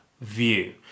view